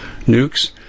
nukes